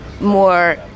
more